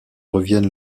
revienne